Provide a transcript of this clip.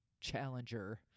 challenger